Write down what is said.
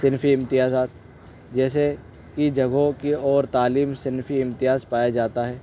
صنفی امتیازات جیسے کی جگہوں کی اور تعلیم صنفی امتیاز پایا جاتا ہے